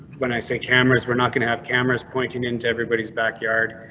when i say cameras were not going to have cameras pointing into everybody's backyard.